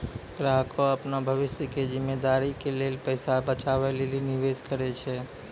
ग्राहकें अपनो भविष्य के जिम्मेदारी के लेल पैसा बचाबै लेली निवेश करै छै